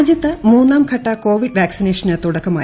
രാജൃത്ത് മൂന്നാം ഘട്ട കോവിഡ് വാക്സിനേഷന് തുടക്കമായി